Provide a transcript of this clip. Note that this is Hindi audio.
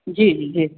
जी जी जी